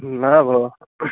ह्म् न भोः